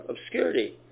Obscurity